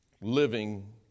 living